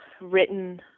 written